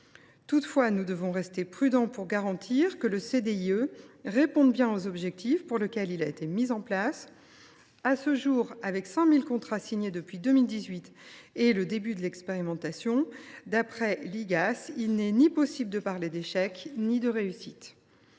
Toutefois, nous devons rester prudents pour garantir que le CDIE réponde bien aux objectifs pour lesquels il a été mis en place. À ce jour, avec 5 000 contrats signés depuis 2018 et le début de l’expérimentation, d’après l’inspection générale des affaires